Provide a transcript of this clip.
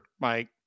Mike